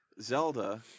Zelda